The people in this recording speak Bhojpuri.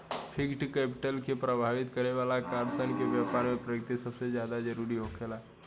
फिक्स्ड कैपिटल के प्रभावित करे वाला कारकन में बैपार के प्रकृति सबसे जरूरी होखेला